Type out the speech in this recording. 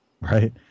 right